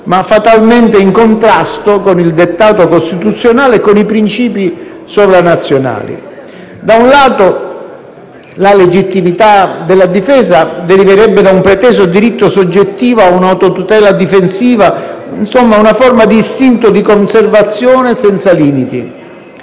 ma fatalmente in contrasto con il dettato costituzionale e con i princìpi sovranazionali. Da un lato, la legittimità della difesa deriverebbe da un preteso diritto soggettivo a un'autotutela difensiva, insomma una forma di istinto di conservazione senza limiti;